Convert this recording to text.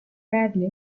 badly